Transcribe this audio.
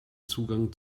zugang